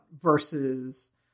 versus